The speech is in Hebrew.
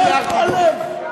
איפה הלב שלך, בגין?